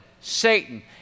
Satan